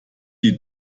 die